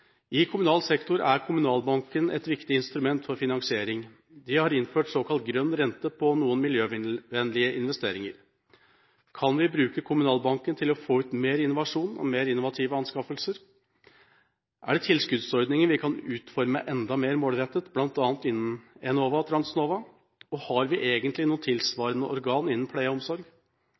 i offentlig sektor. I kommunal sektor er Kommunalbanken et viktig instrument for finansiering. De har innført såkalt grønn rente på noen miljøvennlige investeringer. Kan vi bruke Kommunalbanken til å få ut mer innovasjon og flere innovative anskaffelser? Er det tilskuddsordninger vi kan utforme enda mer målrettet, bl.a. innen Enova og Transnova? Har vi egentlig noe tilsvarende organ innen